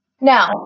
Now